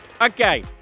Okay